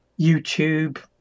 YouTube